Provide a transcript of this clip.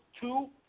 two